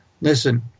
listen